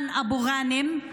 אימאן אבו ג'אנם,